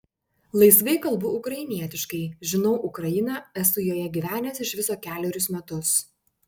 laisvai kalbu ukrainietiškai žinau ukrainą esu joje gyvenęs iš viso kelerius metus